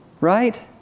Right